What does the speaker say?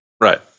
Right